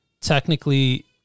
technically